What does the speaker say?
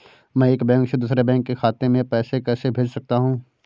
मैं एक बैंक से दूसरे बैंक खाते में पैसे कैसे भेज सकता हूँ?